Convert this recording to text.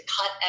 cut